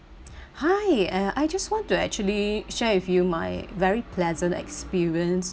hi uh I just want to actually share with you my very pleasant experience